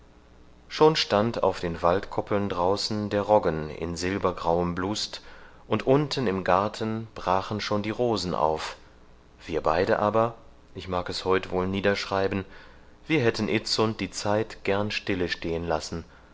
schon stand auf den waldkoppeln draußen der roggen in silbergrauem blust und unten im garten brachen schon die rosen auf wir beide aber ich mag es heut wohl niederschreiben wir hätten itzund die zeit gern stille stehen lassen